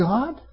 God